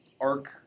arc